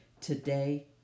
today